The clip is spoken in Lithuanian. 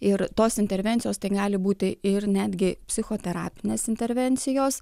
ir tos intervencijos tai gali būti ir netgi psichoterapinės intervencijos